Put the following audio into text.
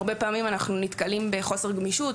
הרבה פעמים אנחנו נתקלים בחוסר גמישות,